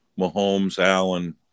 Mahomes-Allen